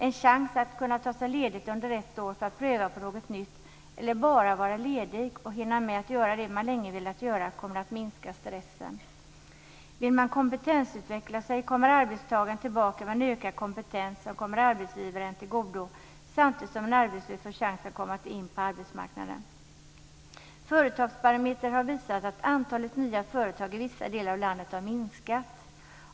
En chans att kunna ta sig ledigt under ett år för att pröva på något nytt eller bara vara ledig och hinna med det man länge velat göra kommer att minska stressen. Vill man kompetensutveckla sig kommer arbetstagaren tillbaka med en ökad kompetens som kommer arbetsgivaren till godo samtidigt som en arbetslös har chansen att komma in på arbetsmarknaden. Företagsbarometer har visat att antalet nya företag i vissa delar av landet har minskat.